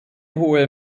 hohe